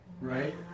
Right